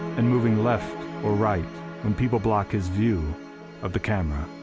and moving left or right when people block his view of the camera.